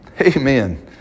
Amen